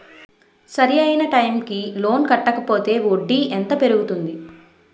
సరి అయినా టైం కి లోన్ కట్టకపోతే వడ్డీ ఎంత పెరుగుతుంది?